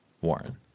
Warren